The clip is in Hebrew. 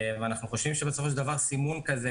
אנחנו חושבים בסופו של דבר שסימון כזה,